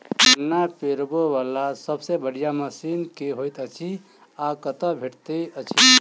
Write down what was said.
गन्ना पिरोबै वला सबसँ बढ़िया मशीन केँ होइत अछि आ कतह भेटति अछि?